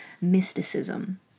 mysticism